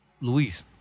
Luis